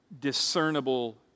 discernible